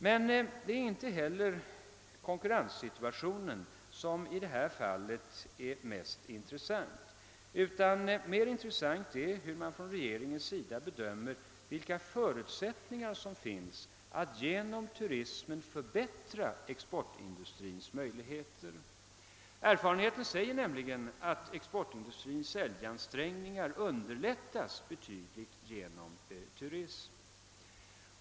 Men det är inte heller konkurrenssituationen som i detta fall är mest intressant, utan det är hur regeringen bedömer förutsättningarna att genom turismen förbättra exportindustrins möjligheter. Erfarenheten säger nämligen att exportindustrins säljansträngningar underlättas betydligt genom turism.